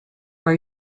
are